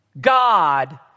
God